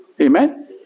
Amen